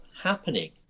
happening